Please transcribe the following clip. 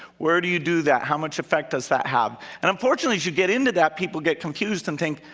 where do you do that? how much effect does that have? and unfortunately, as you get into that, people get confused and think,